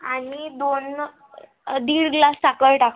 आणि दोन दीड ग्लास साखर टाक